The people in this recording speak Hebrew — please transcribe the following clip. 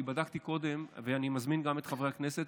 אני בדקתי קודם ואני מזמין גם את חברי הכנסת.